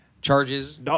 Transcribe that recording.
charges